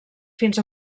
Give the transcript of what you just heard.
fins